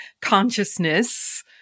consciousness